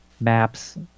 maps